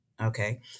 okay